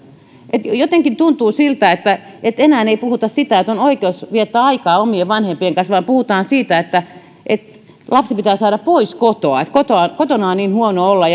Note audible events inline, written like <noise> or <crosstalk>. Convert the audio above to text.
jotenkin tuntuu siltä että että enää ei puhuta siitä että on oikeus viettää aikaa omien vanhempiensa kanssa vaan puhutaan siitä että että lapsi pitää saada pois kotoa että kotona on niin huono olla <unintelligible>